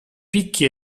picchi